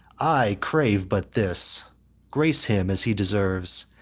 i crave but this grace him as he deserves,